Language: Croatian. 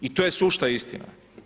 I to je sušta istina.